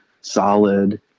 solid